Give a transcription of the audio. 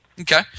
Okay